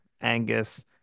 Angus